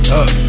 up